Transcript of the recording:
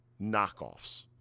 knockoffs